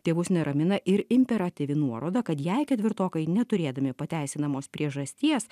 tėvus neramina ir imperatyvi nuoroda kad jei ketvirtokai neturėdami pateisinamos priežasties